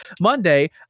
Monday